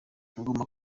ugomba